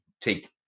take